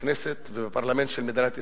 בכנסת ובפרלמנט של מדינת ישראל,